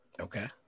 Okay